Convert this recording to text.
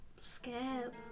scared